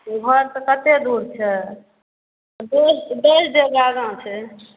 घरसँ कतय दूर छै दश डेग आगाँ छै